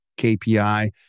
KPI